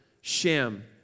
Shem